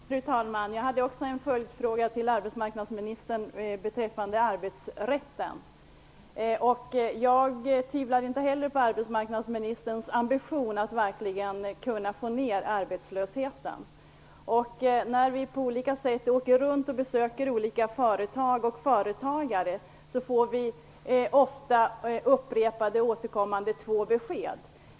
Fru talman! Jag hade också en följdfråga till arbetsmarknadsministern beträffande arbetsrätten. Jag tvivlar inte heller på arbetsmarknadsministerns ambition när det gäller att verkligen få ned arbetslösheten. När vi åker runt och besöker olika företag och företagare får vi ofta två återkommande besked.